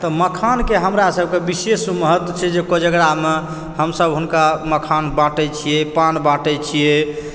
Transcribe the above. तऽ मखानके हमरा सबके विशेष महत्व छै जे कोजगरा मे हमसब हुनका मखान बाँटै छियै पान बाँटय छियै